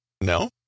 No